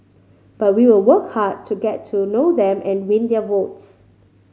but we will work hard to get to know them and win their votes